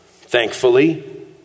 Thankfully